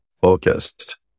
focused